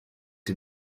die